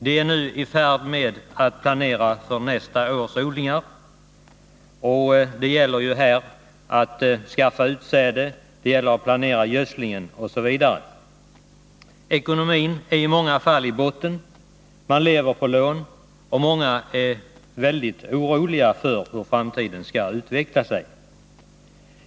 De är nu i färd med att planera för nästa års odlingar. Det gäller då att skaffa utsäde, planera gödslingen, osv. Ekonomin är i många fall i botten. Man lever på lån, och många är väldigt oroliga för hur framtiden skall utveckla sig.